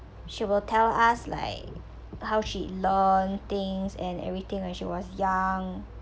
she will tell us like how she learn things and everything when she was young